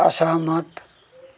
असहमत